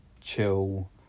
chill